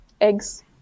eggs